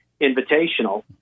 Invitational